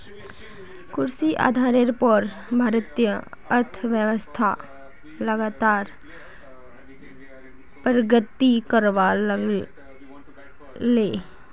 कृषि आधारेर पोर भारतीय अर्थ्वैव्स्था लगातार प्रगति करवा लागले